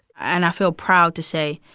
and i feel proud to say,